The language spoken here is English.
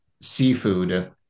seafood